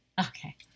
Okay